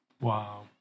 Wow